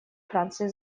франции